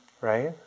right